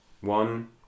one